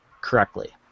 correctly